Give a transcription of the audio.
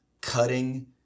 cutting